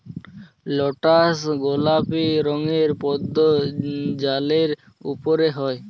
lotus গলাপি রঙের পদ্দ জালের উপরে হ্যয়